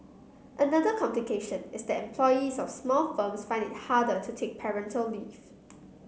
another complication is that employees of small firms find it harder to take parental leave